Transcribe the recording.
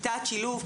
כיתת שילוב,